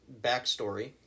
backstory